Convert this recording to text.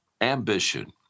Ambition